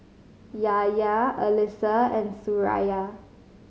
Yahya Alyssa and Suraya